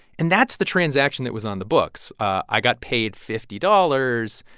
and that's the transaction that was on the books. i got paid fifty dollars.